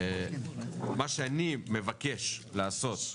מה שאני מבקש לעשות,